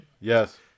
Yes